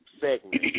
segment